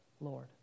Lord